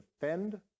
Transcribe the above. defend